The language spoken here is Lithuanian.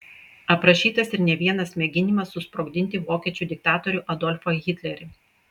aprašytas ir ne vienas mėginimas susprogdinti vokiečių diktatorių adolfą hitlerį